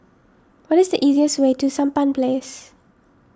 what is the easiest way to Sampan Place